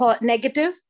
negative